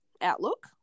Outlook